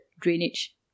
Drainage